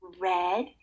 red